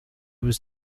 was